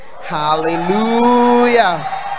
Hallelujah